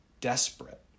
desperate